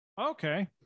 Okay